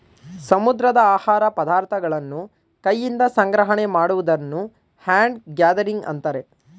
ಸಮುದ್ರದ ಆಹಾರ ಪದಾರ್ಥಗಳನ್ನು ಕೈಯಿಂದ ಸಂಗ್ರಹಣೆ ಮಾಡುವುದನ್ನು ಹ್ಯಾಂಡ್ ಗ್ಯಾದರಿಂಗ್ ಅಂತರೆ